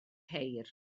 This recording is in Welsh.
ceir